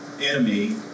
enemy